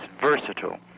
versatile